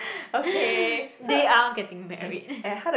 they are getting married